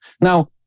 Now